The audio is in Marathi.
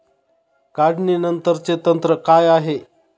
काढणीनंतरचे तंत्र काय आहे?